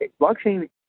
blockchain